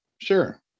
Sure